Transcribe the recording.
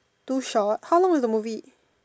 too short how long is the movie